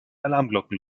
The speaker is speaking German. alarmglocken